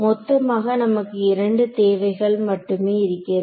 மொத்தமாக நமக்கு இரண்டு தேவைகள் மட்டுமே இருக்கிறது